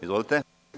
Izvolite.